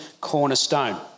cornerstone